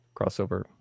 crossover